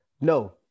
No